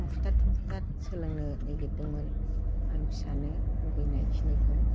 computer थुम्पुटार सोलोंनो नागिरदोंमोन आं फिसानो लुगैनाय खिनिखौ